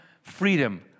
freedom